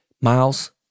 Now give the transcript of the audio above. Miles